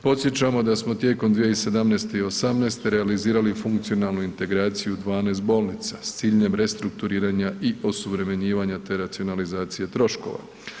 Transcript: Podsjećamo da smo tijekom 2017. i '18.-te realizirali funkcionalnu integraciju 12 bolnica s ciljem restrukturiranja i osuvremenjivanja, te racionalizacije troškova.